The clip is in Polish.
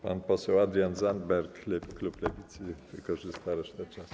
Pan poseł Adrian Zandberg, klub Lewicy, wykorzysta resztę czasu.